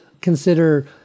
consider